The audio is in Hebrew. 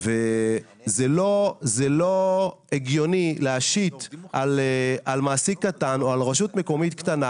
זה לא הגיוני להשית על מעסיק קטן או על רשות קטנה,